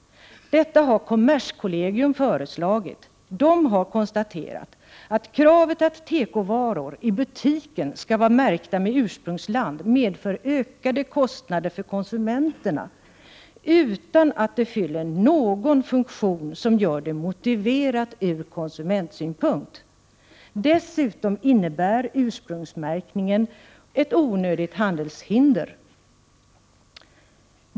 Detta har kommerskollegium föreslagit. Kommerskollegium har konstaterat att kravet att tekovaror i butiken skall vara märkta med ursprungsland medför ökade kostnader för konsumenterna, utan att det fyller någon funktion som gör det motiverat från konsumentsynpunkt. Dessutom innebär ursprungsmärkningen ett onödigt handelshinder.